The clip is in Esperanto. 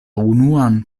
unuan